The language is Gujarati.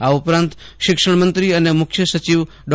આ ઉપરાંત શિક્ષણ મંત્રી અને મુખ્ય સચિવ શ્રી ડૉ